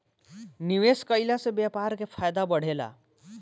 निवेश कईला से व्यापार के फायदा बढ़ेला